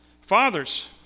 Fathers